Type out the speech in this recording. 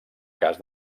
cas